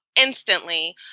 instantly